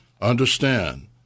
understand